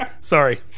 Sorry